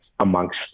amongst